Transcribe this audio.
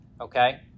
okay